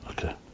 Okay